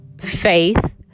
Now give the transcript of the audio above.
faith